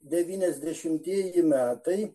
devyniasdešimtieji metai